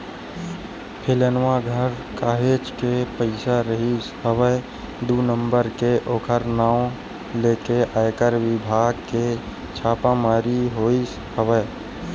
फेलनवा घर काहेच के पइसा रिहिस हवय दू नंबर के ओखर नांव लेके आयकर बिभाग के छापामारी होइस हवय